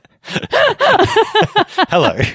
Hello